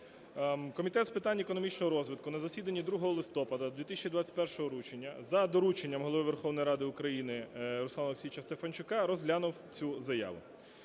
Комітет з питань економічного розвитку на засіданні 2 листопада 2021 року за дорученням Голови Верховної Ради України Руслана Олексійовича Стефанчука розглянув цю заяву.